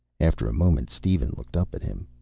after a moment steven looked up at him.